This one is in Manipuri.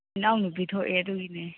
ꯏꯅꯥꯎꯅꯨꯄꯤ ꯊꯣꯛꯑꯦ ꯑꯗꯨꯒꯤꯅꯦ